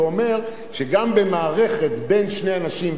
ואומרים שגם במערכת בין שני אנשים,